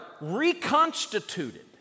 reconstituted